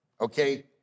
Okay